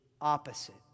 opposite